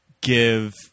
give